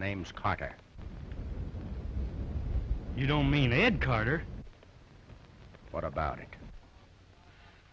names you don't mean it carter what about it